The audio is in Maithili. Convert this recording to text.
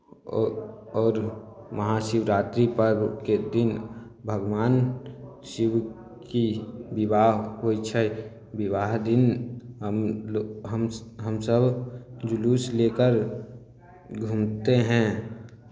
औ आओर महाशिवरात्रि पर्वके दिन भगवान शिव की विवाह होइ छै विवाह दिन हमलोग हम हमसभ जुलूस लेकर घूमते हैं